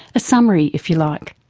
a summary if you like.